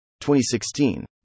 2016